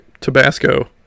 Tabasco